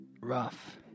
rough